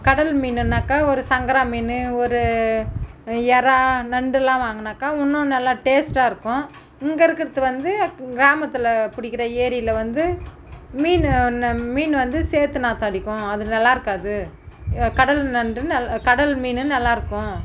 கடல் மீனுன்னாக்கா ஒரு சங்கரா மீன்னு ஒரு இறா நண்டெலாம் வாங்கினாக்கா இன்னும் நல்லா டேஸ்ட்டாக இருக்கும் இங்கே இருக்கிறது வந்து கிராமத்தில் பிடிக்கிற ஏரியில் வந்து மீனு ந மீன் வந்து சேற்று நாற்றம் அடிக்கும் அது நல்லாயிருக்காது கடல் நண்டு ந கடல் மீன் நல்லாயிருக்கும்